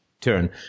turn